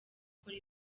gukora